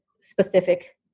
specific